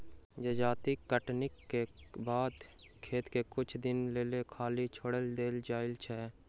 जजाति कटनीक बाद खेत के किछु दिनक लेल खाली छोएड़ देल जाइत छै